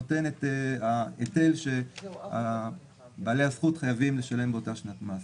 נותן את ההיטל שבעלי הזכות חייבים לשלם באותה שנת מס.